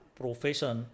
profession